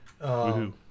Woohoo